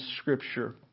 Scripture